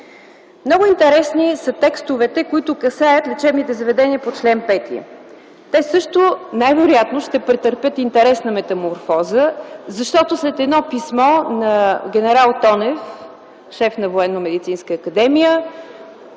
Много интересни са текстовете, които касаят лечебните заведения по чл. 5. Те също най-вероятно ще претърпят интересна метаморфоза, защото след едно писмо на ген. Тонев – шеф на Военномедицинската академия,